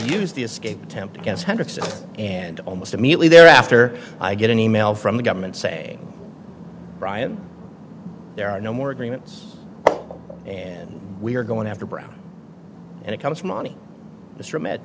use the escape attempt against hundreds and almost immediately thereafter i get an e mail from the government say brian there are no more agreements and we're going after brown and it comes money t